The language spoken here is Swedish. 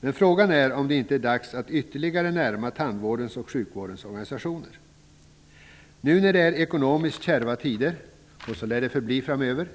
Men frågan är om det inte är dags att ytterligare närma tandvårdens och sjukvårdens organisationer till varandra. Nu när det är ekonomiskt kärva tider, och så lär det förbli också framöver,